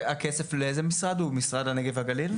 הכסף לאיזה משרד הוא, משרד הנגב והגליל?